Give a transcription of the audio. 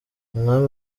umwami